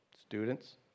Students